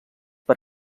per